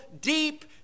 deep